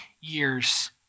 years